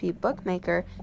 bookmaker